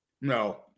No